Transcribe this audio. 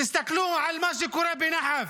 תסתכלו על מה שקורה בנחף,